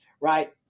right